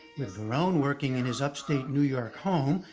with varone working in his upstate new york home,